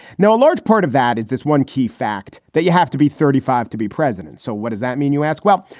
now, a large part of that is this one key fact that you have to be thirty five to be president. so what does that mean, you ask? well,